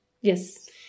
Yes